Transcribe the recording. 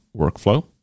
workflow